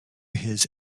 his